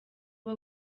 uba